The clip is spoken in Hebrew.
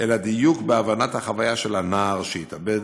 אלא דיוק בהבנת החוויה של הנער שהתאבד,